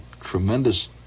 tremendous